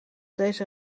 deze